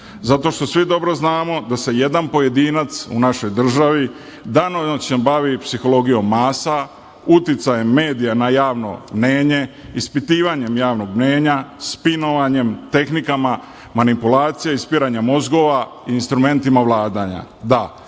Zato što svi dobro znamo da se jedan pojedinac u našoj državi danonoćno bavi psihologijom masa, uticajem medija na javno mnjenje, ispitivanjem javnog mnjenja, spinovanjem tehnikama manipulacija, ispiranja mozgova i instrumentima vladanja. Da,